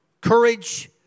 courage